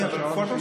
תודה רבה.